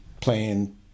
playing